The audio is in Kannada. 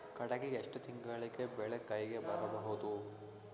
ಕಡಲಿ ಎಷ್ಟು ತಿಂಗಳಿಗೆ ಬೆಳೆ ಕೈಗೆ ಬರಬಹುದು?